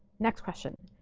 next question,